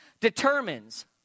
determines